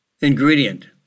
ingredient